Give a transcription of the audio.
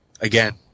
again